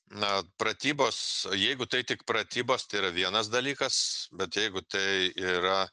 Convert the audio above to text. na pratybos jeigu tai tik pratybos tai yra vienas dalykas bet jeigu tai yra